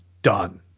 done